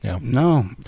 no